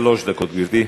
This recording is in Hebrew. שלוש דקות, גברתי.